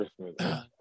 Christmas